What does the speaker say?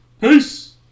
Peace